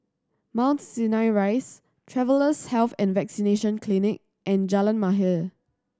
Mount Sinai Rise Travellers' Health and Vaccination Clinic and Jalan Mahir